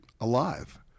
alive